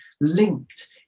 linked